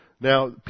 Now